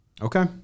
Okay